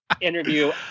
interview